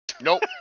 Nope